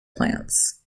plants